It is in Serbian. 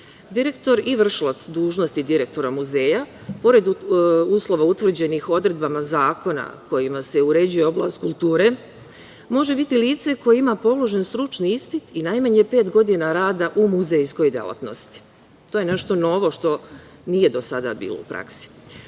direktor i vršilac dužnosti direktora muzeja, pored uslova utvrđenih odredbama zakona koji se uređuje oblast kulture, može biti lice koje ima položen stručni ispit i najmanje pet godina rada u muzejskoj delatnosti. To je nešto novo što nije do sada bilo u praksi.U